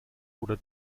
oder